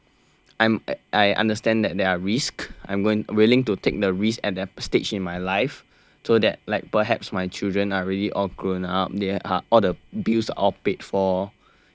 I understand that there are risks I'm going willing to take the risk at that stage in my life so that like perhaps my children are already all grown up they are all the bills are paid for